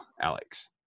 Alex